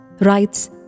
Writes